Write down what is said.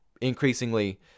increasingly